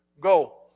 go